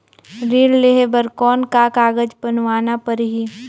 ऋण लेहे बर कौन का कागज बनवाना परही?